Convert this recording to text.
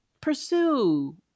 pursue